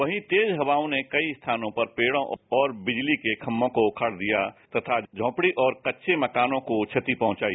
वहीं तेज हवाओं ने कई स्थानों पर पेज़ों और बिजली के खंगों को उखाड़ दिया और झोपड़ी तथा कच्चे मकानों को क्षति पहुंचाई